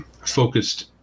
Focused